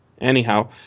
Anyhow